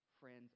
friends